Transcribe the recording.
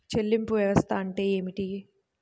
చెల్లింపు వ్యవస్థ అంటే ఏమిటి?